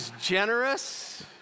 generous